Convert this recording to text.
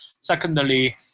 Secondly